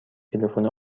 تلفن